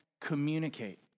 communicate